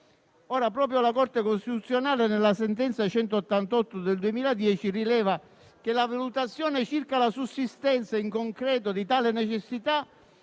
Proprio la Corte costituzionale, nella sentenza 188 del 2010, rileva che la valutazione circa la sussistenza in concreto di tale necessità